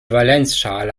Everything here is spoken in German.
valenzschale